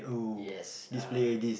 yes uh